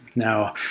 now,